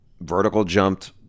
vertical-jumped